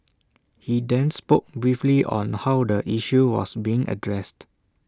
he then spoke briefly on how the issue was being addressed